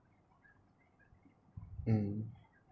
mm